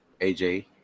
AJ